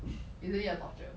isn't it a torture